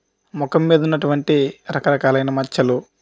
ముఖం మీద ఉన్నటువంటి రకరకాలైన మచ్చలు